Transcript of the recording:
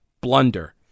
Blunder